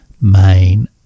main